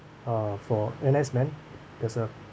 uh for N_S man there's a